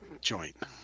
joint